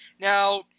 Now